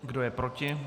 Kdo je proti?